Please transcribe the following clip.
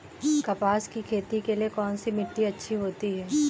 कपास की खेती के लिए कौन सी मिट्टी अच्छी होती है?